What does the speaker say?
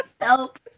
help